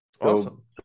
awesome